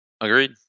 Agreed